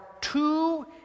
two